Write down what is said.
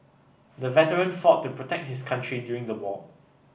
the veteran fought to protect his country during the war